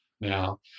now